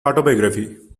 autobiography